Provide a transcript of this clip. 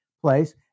place